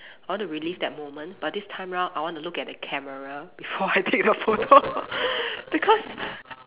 I want to relive that moment but this time round I want to look at the camera before I take the photo because